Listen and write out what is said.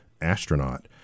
astronaut